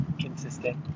consistent